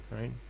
right